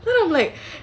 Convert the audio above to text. then I'm like